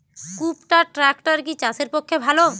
কুবটার ট্রাকটার কি চাষের পক্ষে ভালো?